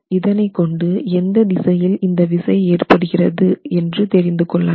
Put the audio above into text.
இதனை கொண்டு எந்த திசையில் இந்த விசை ஏற்படுகிறது என்று தெரிந்து கொள்ளலாம்